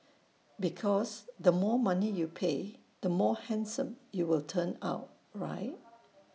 because the more money you pay the more handsome you will turn out right